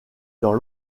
dans